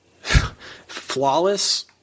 flawless